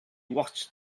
watched